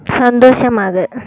சந்தோஷமாக